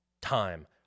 time